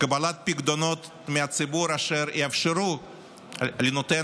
קבלת פיקדונות מהציבור אשר יאפשרו לנותן